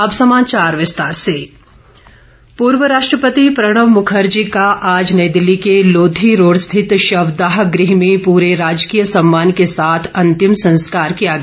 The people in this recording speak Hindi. अंतिम संस्कार पूर्व राष्ट्रपति प्रणब मुखर्जी का आज नई दिल्ली के लोदी रोड स्थित शवदाह गृह में पूरे राजकीय सम्मान के साथ अंतिम संस्कार किया गया